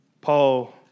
Paul